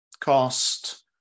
cost